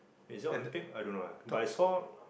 is it Olympic I don't know leh but I saw